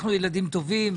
אנחנו ילדים טובים.